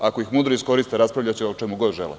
Ako ih mudro iskoriste, raspravljaće o čemu god žele.